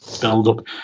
build-up